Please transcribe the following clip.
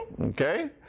Okay